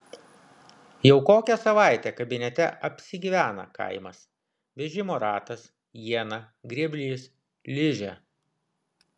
jau kokią savaitę kabinete apsigyvena kaimas vežimo ratas iena grėblys ližė